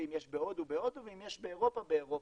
ואם יש בהודו אז בהודו ואם יש באירופה באירופה.